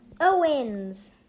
Owens